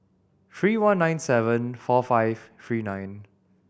three one nine seven four five three nine